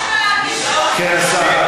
כן, השר.